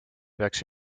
peaks